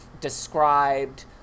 described